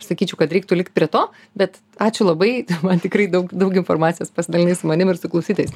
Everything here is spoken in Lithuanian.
sakyčiau kad reiktų likt prie to bet ačiū labai man tikrai daug daug informacijos pasidalinai su manim ir su klausytojais